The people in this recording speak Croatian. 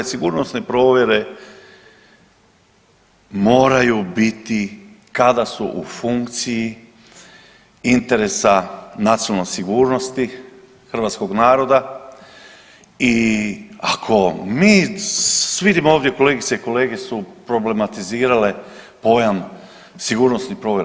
Sigurnosne provjere moraju biti kada su u funkciji interesa nacionalne sigurnosti hrvatskog naroda i ako mi, svi vidimo ovdje, kolegice i kolege su problematizirale pojam sigurnosnih provjera.